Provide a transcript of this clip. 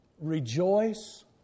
rejoice